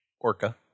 Orca